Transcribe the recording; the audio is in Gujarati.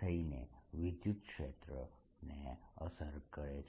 થઈને વિદ્યુતક્ષેત્રને અસર કરે છે